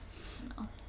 Smell